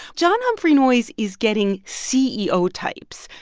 john humphrey noyes is getting ceo types.